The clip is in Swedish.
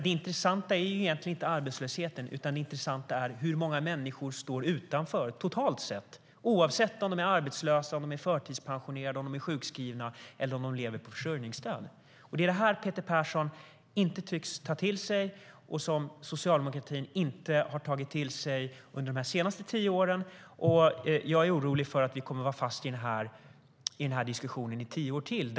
Det intressanta är egentligen inte arbetslösheten, utan det intressanta är hur många människor som står utanför totalt sett oavsett om de är arbetslösa, förtidspensionerade eller sjukskrivna eller om de lever på försörjningsstöd. Det är detta Peter Persson inte tycks ta till sig och som Socialdemokraterna inte har tagit till sig under de senaste tio åren. Jag är orolig för att vi kommer att vara fast i diskussionen i tio år till.